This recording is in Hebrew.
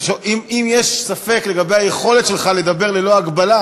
אם יש ספק לגבי היכולת שלך לדבר ללא הגבלה,